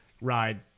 ride